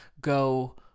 go